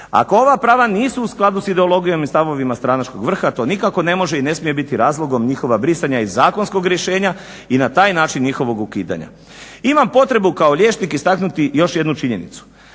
Ako ova prava nisu u skladu ideologijom i stavovima stranačkog vrha to nikako ne može i ne smije biti razlogom njihova brisanja iz zakonskog rješenja i na taj način njihovog ukidanja. Imam potrebu kao liječnik istaknuti još jednu činjenicu.